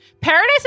Paradise